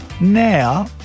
Now